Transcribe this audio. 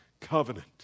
covenant